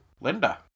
Linda